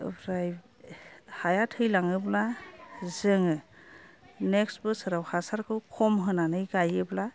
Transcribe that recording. ओमफ्राय हाया थैलाङोब्ला जोङो नेकस्ट बोसोराव हासारखौ खम होनानै गायोब्ला